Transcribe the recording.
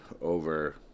over